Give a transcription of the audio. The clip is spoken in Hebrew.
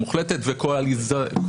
אמרת לי שאני מניח שהלשכה תשתף איתה